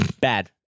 Bad